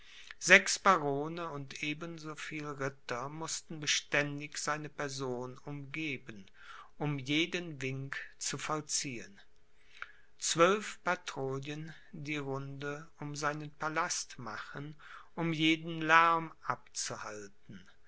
sechs barone und eben so viel ritter mußten beständig seine person umgeben um jeden wink zu vollziehen zwölf patrouillen die runde um seinen palast machen um jeden lärm abzuhalten